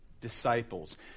disciples